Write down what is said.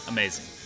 Amazing